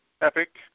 Epic